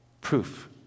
Proof